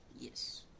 Yes